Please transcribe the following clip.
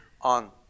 on